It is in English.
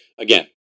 Again